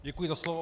Děkuji za slovo.